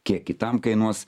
kiek kitam kainuos